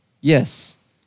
Yes